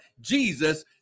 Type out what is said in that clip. jesus